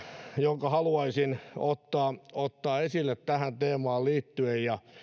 jonka haluaisin ottaa ottaa esille tähän teemaan liittyen ja